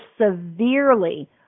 severely